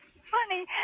Funny